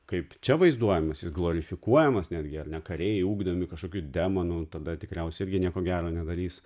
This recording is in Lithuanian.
kaip čia vaizduojamas jis glorifikuojamas netgi ar ne kariai ugdomi kažkokių demonų tada tikriausiai irgi nieko gero nedarys